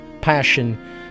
passion